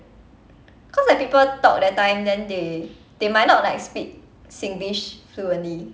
cause when people talk that time then they they might not like speak singlish fluently